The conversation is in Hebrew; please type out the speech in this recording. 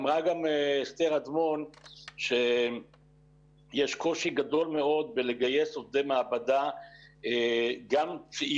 אמרה גם אסתר אדמון שיש קושי גדול מאוד בלגייס עובדי מעבדה גם צעירים.